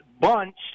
bunch